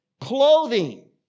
Clothing